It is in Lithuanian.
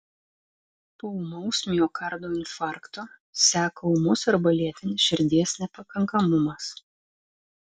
po ūmaus miokardo infarkto seka ūmus arba lėtinis širdies nepakankamumas